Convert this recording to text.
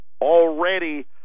Already